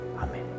Amen